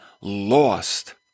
lost